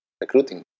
recruiting